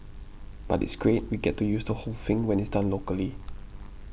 but it's great we get to use the whole thing when it's done locally